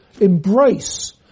embrace